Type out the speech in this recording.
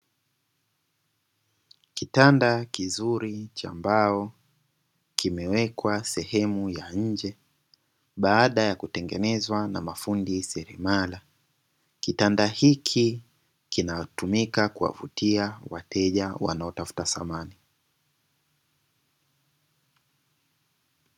Kitanda kizuri cha mbao kimewekwa sehemu ya nje baada ya kutengenezwa na mafunzi seremala, kitanda hiki kinatumika kuwavutia wateja wanaotafuta samani.